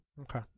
Okay